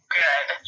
good